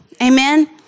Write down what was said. Amen